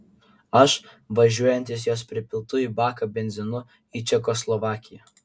aš važiuojantis jos pripiltu į baką benzinu į čekoslovakiją